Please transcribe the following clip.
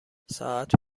ساعت